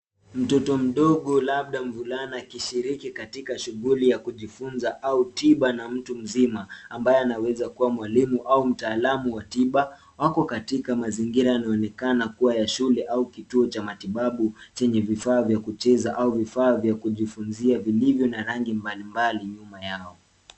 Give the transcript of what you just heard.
Mtoto mdogo labda mvulana akishiriki katika shughuli ya kujifunza au tiba na mtu mzima, ambaye anaweza kua mwalimu au mtaalamu wa tiba. Wako katika mazingira yanayoonekana kua ya shule au kituo cha matibabu chenye vifaa vya kucheza au vifaa vya kujifunzia, vilivyo na rangi mbali mbali nyuma yao.